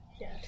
Yes